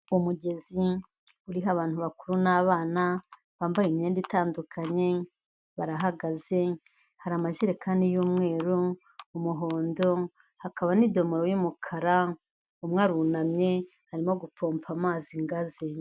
Umugezi uriho abantu bakuru n'abana bambaye imyenda itandukanye barahagaze, hari amajerekani y'umweru, umuhodo hakaba n'idomoro y'umukara, umwe arunamye arimo gupompa amazi ngo aze.